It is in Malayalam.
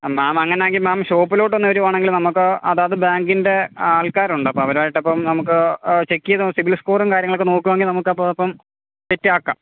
മേം അങ്ങനെ ആണെങ്കിൽ മേം ഷോപ്പിലോട്ടൊന്ന് വരുവാണെങ്കില് നമുക്ക് അതാത് ബാങ്കിൻ്റെ ആൾക്കാരുണ്ട് അപ്പോൾ അവരായിട്ടപ്പം നമുക്ക് ചെക്ക് ചെയ്ത് സിവിൽ സ്കോറും കാര്യങ്ങളൊക്കെ നോക്കുകയാണെങ്കിൽ നമുക്ക് അപ്പോൾ അപ്പം സെറ്റ് ആക്കാം